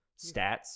stats